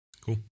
Cool